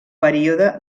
període